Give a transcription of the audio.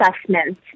assessment